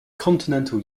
continental